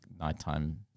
nighttime